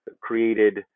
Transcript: created